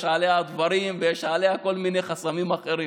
עליה דברים ויש עליה כל מיני חסמים אחרים.